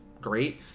great